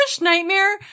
nightmare